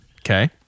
Okay